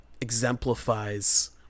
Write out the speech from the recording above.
exemplifies